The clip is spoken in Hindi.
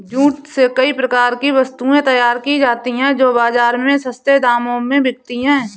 जूट से कई प्रकार की वस्तुएं तैयार की जाती हैं जो बाजार में सस्ते दामों में बिकती है